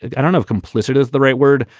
i don't know, complicit is the right word.